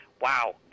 wow